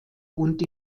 und